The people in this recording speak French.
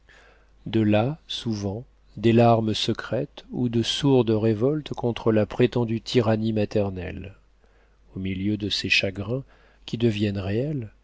de là souvent des larmes secrètes ou de sourdes révoltes contre la prétendue tyrannie maternelle au milieu de ces chagrins qui deviennent réels